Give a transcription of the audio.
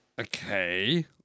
okay